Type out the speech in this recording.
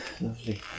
lovely